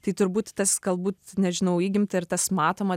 tai turbūt tas galbūt nežinau įgimta ir tas matoma